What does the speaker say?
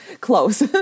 close